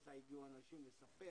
שלפתע הגיעו אנשים לספר